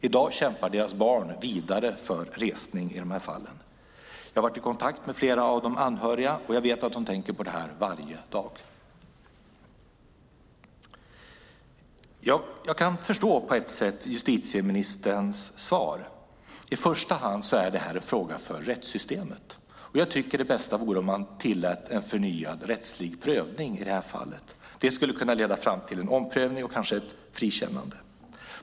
I dag kämpar deras barn vidare för resning. Jag har varit i kontakt med flera av de anhöriga, och jag vet att de tänker på detta varje dag. Jag kan på ett sätt förstå justitieministerns svar. I första hand är det här en fråga för rättssystemet, och jag tycker att det bästa vore om man tillät en förnyad rättslig prövning. Det skulle kunna leda fram till en omprövning och kanske ett frikännande.